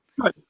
Good